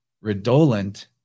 Redolent